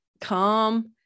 calm